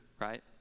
right